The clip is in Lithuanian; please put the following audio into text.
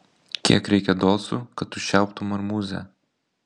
kiek reikia dolcų kad užčiauptum marmuzę